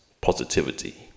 positivity